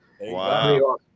Wow